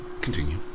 Continue